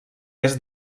est